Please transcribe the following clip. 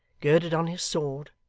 girded on his sword,